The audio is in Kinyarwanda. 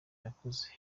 irakoze